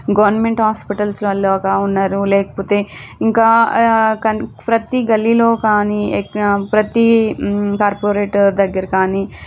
government హాస్పిటల్స్లల్లో ఒకామె ఉన్నారు లేకపోతే ఇంకా ప్రతీ గల్లీలో కానీ ప్రతీ కార్పొరేటర్ దగ్గర కానీ